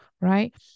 right